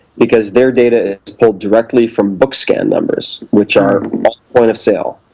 because their data is pulled directly from book-scan numbers, which are all point-of-sale,